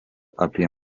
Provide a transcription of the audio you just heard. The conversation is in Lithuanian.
apie